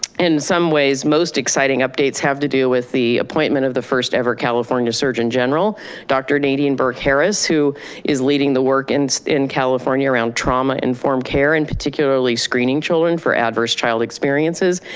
in some ways, most exciting updates have to do with the appointment of the first ever california surgeon general dr. nadine burke harris, who is leading the work and in california around trauma informed care and particularly screening children for adverse childhood experiences.